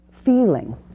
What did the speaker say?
feeling